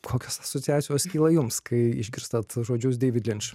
kokios asociacijos kyla jums kai išgirstate žodžius deivid linč